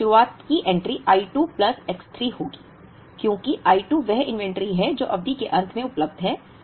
लेकिन शुरुआत की इन्वेंटरी I 2 प्लस X 3 होगी क्योंकि I 2 वह इन्वेंटरी है जो 2 अवधि के अंत में उपलब्ध है